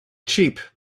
cheap